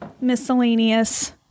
miscellaneous